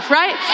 right